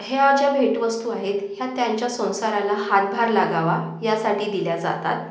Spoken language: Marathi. ह्या ज्या भेटवस्तू आहेत ह्या त्यांच्या संसाराला हातभार लागावा यासाठी दिल्या जातात